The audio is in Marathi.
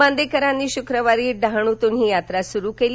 बांदेकरांनी शुक्रवारी डहाणुतून ही यात्रा सुरू केली